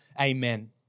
Amen